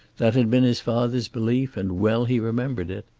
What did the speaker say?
that had been his father's belief, and well he remembered it.